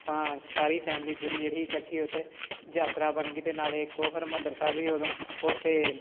ਆਪਾਂ ਸਾਰੀ ਫੈਮਲੀ ਪੂਰੀ ਜਿਹੜੀ ਇਕੱਠੀ ਉੱਥੇ ਯਾਤਰਾ ਬਣ ਗਈ ਅਤੇ ਨਾਲ ਇੱਕ ਉਹ ਹਰਿਮੰਦਰ ਸਾਹਿਬ ਵੀ ਉਦੋਂ ਉੱਥੇ